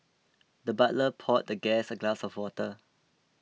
the butler poured the guest a glass of water